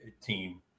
team